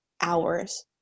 hours